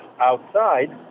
outside